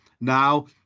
now